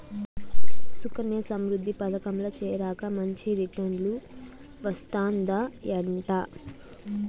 సుకన్యా సమృద్ధి పదకంల చేరాక మంచి రిటర్నులు వస్తందయంట